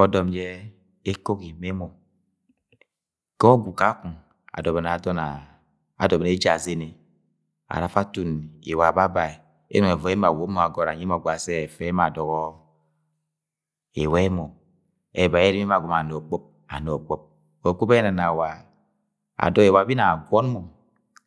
ọdọm jẹ ekogi ma emo ga ọgwu kakọng adọbọni adọn adọbọni eje azene ara afa atun Iwa abade ye ẹnọng ẹvọi emo awobo mo agọt anyi mọ ogba se ẹfẹ emo adọgọ Iwa emo ẹba bẹ ẹrimi emo yẹ emo agọmọ ana. Okpɨp ana okpɨp, okpɨp enana wa adọgọ Iwa be inang agwọn mọ.